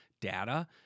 data